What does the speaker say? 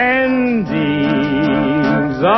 endings